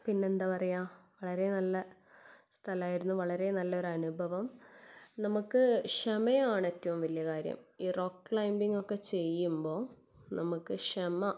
പിന്നെ എന്താ പറയുക വളരെ നല്ല സ്ഥലമായിരുന്നു വളരെ നല്ലൊരനുഭവം നമുക്ക് ക്ഷമയാണ് ഏറ്റോം വലിയ കാര്യം ഈ റോക്ക് ക്ലൈമ്പിങ് ഒക്കെ ചെയ്യുമ്പോൾ നമുക്ക് ക്ഷമ